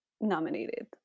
nominated